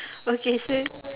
okay so